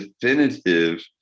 definitive